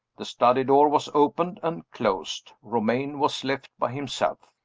the study door was opened and closed. romayne was left by himself.